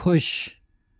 खुश